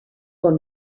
con